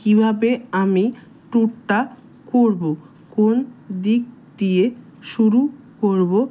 কীভাবে আমি ট্যুরটা করবো কোন দিক দিয়ে শুরু করবো